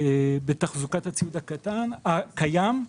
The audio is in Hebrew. בתחזוקת הציוד הקיים,